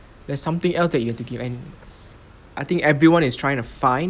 there's something else that you have to give and I think everyone is trying to find